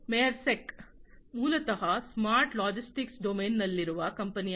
Maersk ಮೂಲತಃ smart logistics ಡೊಮೇನ್ನಲ್ಲಿರುವ ಕಂಪನಿಯಾಗಿದೆ